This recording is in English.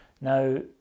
Now